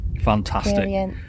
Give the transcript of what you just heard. Fantastic